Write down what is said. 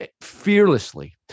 fearlessly